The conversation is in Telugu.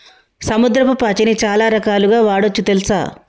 సముద్రపు పాచిని చాలా రకాలుగ వాడొచ్చు తెల్సా